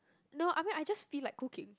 no I mean I just feel like cooking